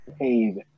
paid